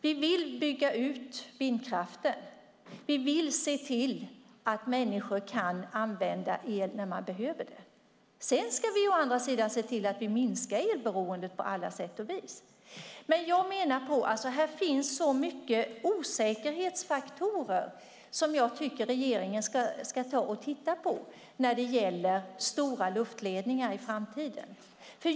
Vi vill bygga ut vindkraften. Vi vill att människor kan använda el när de behöver den. Å andra sidan ska vi minska elberoendet på alla sätt och vis. Här finns många osäkerhetsfaktorer som jag tycker att regeringen ska titta på för stora luftledningar i framtiden.